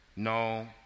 No